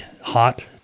hot